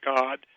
God